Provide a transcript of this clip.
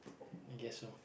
I guess so